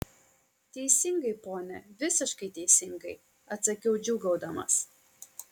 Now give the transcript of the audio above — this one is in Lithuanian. teisingai pone visiškai teisingai atsakiau džiūgaudamas